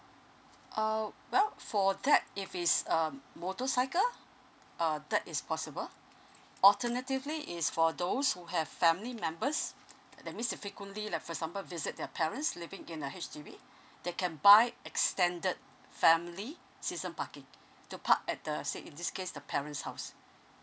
uh well for that if it's um motorcycle uh that is possible alternatively is for those who have family members that means they frequently like for example visit their parents living in a H_D_B they can buy extended family season parking to park at the say in this case the parent's house